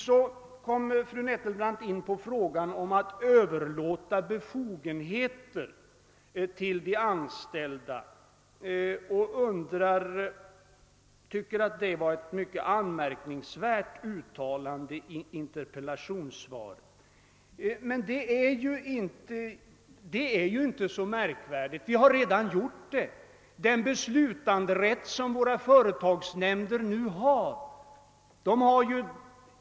Så kommer fru Nettelbrandt in på frågan om att överlåta befogenheter till de anställda och säger att det är ett mycket anmärkningsvärt uttalande som görs i interpellationssvaret. Men det är inte så märkvärdigt. Det har redan skett en sådan överlåtelse.